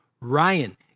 Ryan